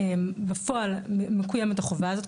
בפועל מקוימת החובה הזאת.